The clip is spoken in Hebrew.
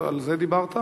על זה דיברת?